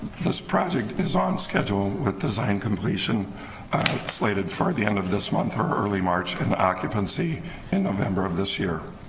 this project is on schedule with design completion slated for the end of this month or early march and occupancy in november of this year